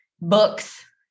books